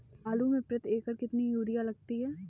आलू में प्रति एकण कितनी यूरिया लगती है?